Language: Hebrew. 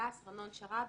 הדס ארנון-שרעבי,